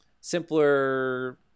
simpler